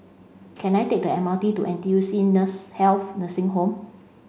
can I take the M R T to N T U C in the Health Nursing Home